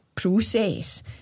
process